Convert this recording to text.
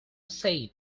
said